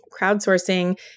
crowdsourcing